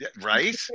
Right